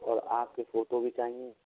और आपके फ़ोटो भी चाहिएं